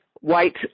white